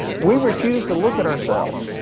we refuse to look at ourselves.